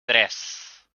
tres